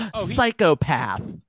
Psychopath